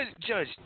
judge